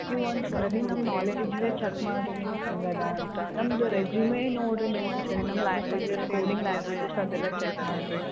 ನೀವು ಒಂದು ಸಾರಿ ನಮ್ಮ ನಾಲೆಡ್ಜ್ ಬಿ ಚಕ್ ಮಾಡಿರಿ ನೀವು ಹೆಂಗಿದೆ ಅಂತ ನಮ್ದು ರೆಸ್ಯುಮೇ ನೋಡಿರಿ ನೀವು ಒಂದು ಸಾರಿ ನಮ್ಮ ಲಾಂಗ್ವೇಜಸ್ ಕೋಡಿಂಗ್ ಲಾಂಗ್ವೇಜಸ್ ಅದೆಲ್ಲ ಚೆಕ್ ಮಾಡಿರಿ